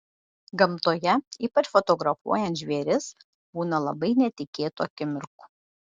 gamtoje ypač fotografuojant žvėris būna labai netikėtų akimirkų